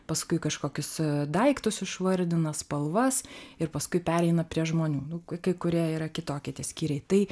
paskui kažkokius daiktus išvardina spalvas ir paskui pereina prie žmonių nu kai kurie yra kitokie tie skyriai tai